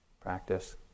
practice